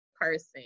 person